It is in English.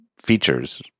features